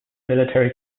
military